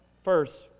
First